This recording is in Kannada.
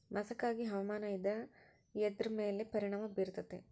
ಮಸಕಾಗಿ ಹವಾಮಾನ ಇದ್ರ ಎದ್ರ ಮೇಲೆ ಪರಿಣಾಮ ಬಿರತೇತಿ?